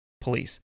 police